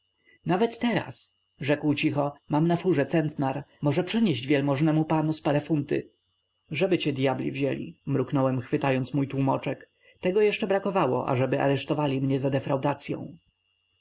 nawet teraz rzekł cicho mam na furze centnar może przynieść wielmożnego pana z parę funty żeby cię dyabli wzięli mruknąłem chwytając mój tłómoczek tego jeszcze brakowało ażeby aresztowali mnie za